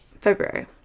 February